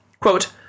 Quote